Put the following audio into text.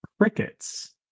Crickets